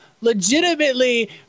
legitimately